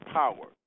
power